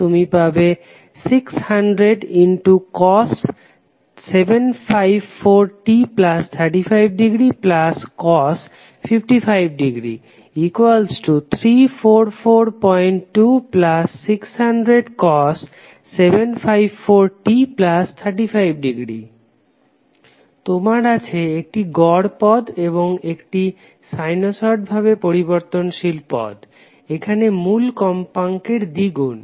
তুমি পাবে 600cos 754t35° cos 55° 3442600cos 754t35° তোমার আছে একটি গড় পদ এবং একটি সাইনোসোড ভাবে পরিবর্তনশীল পদ এখানে মূল কম্পাঙ্কের দ্বিগুণ